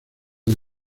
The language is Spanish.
del